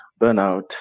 burnout